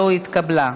לא התקבלה.